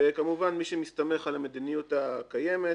וכמובן מי שמסתמך על המדיניות הקיימת,